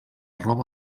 roba